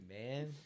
man